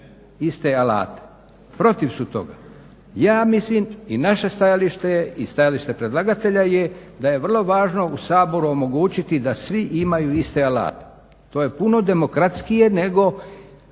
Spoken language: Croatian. iste alate, protiv su toga. Ja mislim i naše stajalište je i stajalište predlagatelja je da je vrlo važno u Saboru omogućiti da svi imaju iste alate. To je puno demokratskije nego